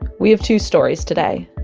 we have two stories today.